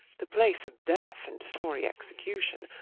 the place of death and sorry execution,